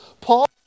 Paul